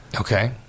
Okay